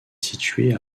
située